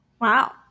Wow